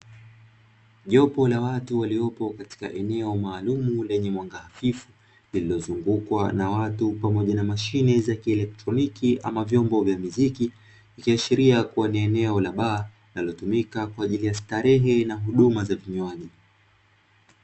Jopo la watu waliyopo katika eneo maalumu lenye mwanga hafifu lililozungukwa na watu pamoja na mashine za kielektroniki ama vyombo vya mziki, ikiashiria kuwa ni eneo la baa linalotumika kwa ajili ya starehe na huduma za vinywaji.